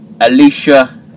Alicia